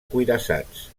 cuirassats